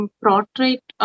portrait